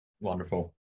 Wonderful